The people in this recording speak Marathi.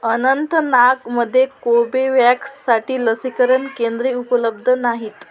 अनंतनागमधे कोबेवॅक्ससाठी लसीकरण केंद्रे उपलब्ध नाहीत